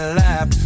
lap